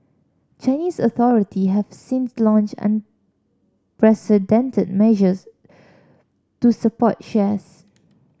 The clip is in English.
Chinese authority have since launched unprecedented measures to support shares